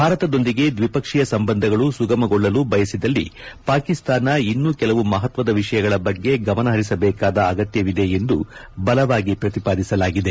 ಭಾರತದೊಂದಿಗೆ ದ್ವಿಪಕ್ಷೀಯ ಸಂಬಂಧಗಳು ಸುಗಮಗೊಳ್ಳಲು ಬಯಸಿದಲ್ಲಿ ಪಾಕಿಸ್ತಾನ ಇನ್ನೊ ಕೆಲವು ಮಹತ್ವದ ವಿಷಯಗಳ ಬಗ್ಗೆ ಗಮನ ಹರಿಸಬೇಕಾದ ಅಗತ್ಯವಿದೆ ಎಂದು ಬಲವಾಗಿ ಪ್ರತಿಪಾದಿಸಲಾಗಿದೆ